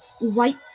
white